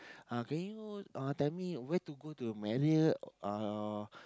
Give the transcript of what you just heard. uh can you uh tell me where to go to Marriott uh